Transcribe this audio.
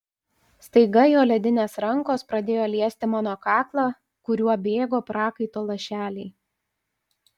staiga jo ledinės rankos pradėjo liesti mano kaklą kuriuo bėgo prakaito lašeliai